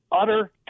utter